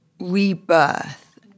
rebirth